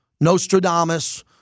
Nostradamus